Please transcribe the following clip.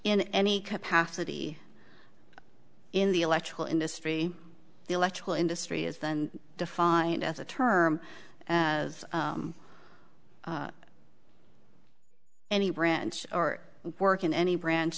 in any capacity in the electrical industry the electrical industry is then defined as a term as any branch or work in any branch